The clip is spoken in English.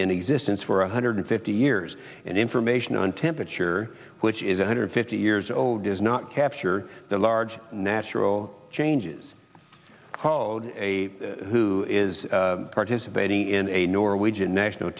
in existence for one hundred fifty years and information on temperature which is one hundred fifty years old does not capture the large natural changes called a who is participating in a norwegian national